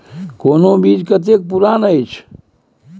कोनो बीज कतेक पुरान अछि?